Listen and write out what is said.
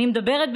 אני מדברת,